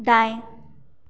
दाएँ